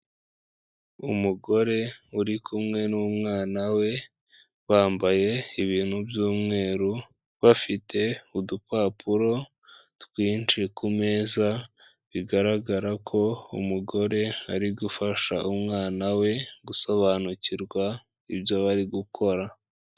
Umugore uri kumwe n'umwana we bambaye ibintu by'umweru, bafite udupapuro twinshi ku meza bigaragara ko umugore ari gufasha umwana we gusobanukirwa ibyo bari gukora.